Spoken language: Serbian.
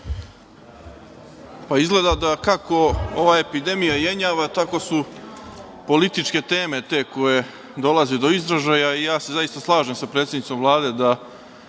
Izgleda da kako ova epidemija jenjava tako su političke teme te koje dolaze do izražaja. Zaista se slažem sa predsednicom Vlade da